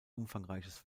umfangreiches